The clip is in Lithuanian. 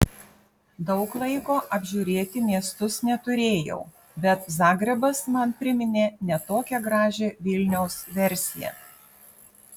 daug laiko apžiūrėti miestus neturėjau bet zagrebas man priminė ne tokią gražią vilniaus versiją